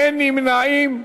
אין נמנעים.